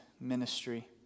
ministry